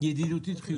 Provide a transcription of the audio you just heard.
ידידותית וחיובית.